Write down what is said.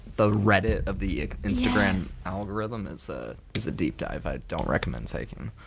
the reddit of the instagram algorithm is ah is a deep dive i don't recommend taking.